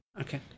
okay